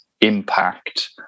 impact